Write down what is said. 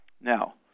Now